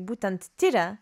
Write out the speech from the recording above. būtent tiria